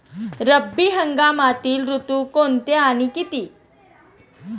रब्बी हंगामातील ऋतू कोणते आणि किती?